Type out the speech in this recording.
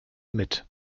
mit